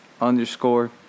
underscore